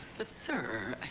but, sir,